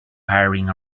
hiring